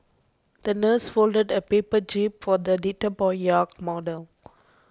the nurse folded a paper jib for the little boy's yacht model